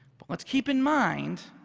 but let's keep in mind